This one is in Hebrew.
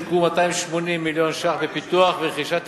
יושקעו 280 מיליון שקלים בפיתוח ורכישה של